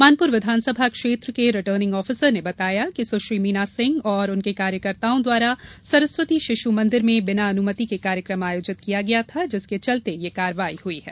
मानपुर विधानसभा क्षेत्र के रिटर्निग आफीसर ने बताया सुश्री मीना सिंह और उनके कार्यकर्ताओं द्वारा सरस्वती शिशु मंदिर मे बिना अनुमति के कार्यक्रम आयोजित किया गया था जिसके चलते ये कार्रवाई हुई है